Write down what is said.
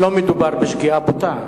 לא מדובר בשגיאה בוטה.